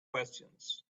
questions